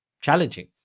challenging